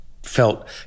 felt